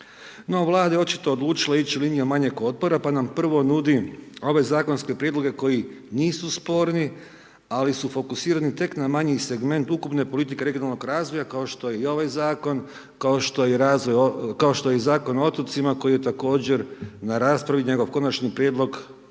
No Vlada je očito odlučila ići linijom manjeg otpora pa nam prvo nudi ove Zakonske prijedloga koji nisu sporni, ali su fokusirani tek na manji segment ukupne politike regionalnog razvoja, kao što je i ovaj Zakon, kao što je i razvoj, kao što je i Zakon o otocima, koji je također na raspravi, njegov Konačni prijedlog, ovaj